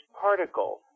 particle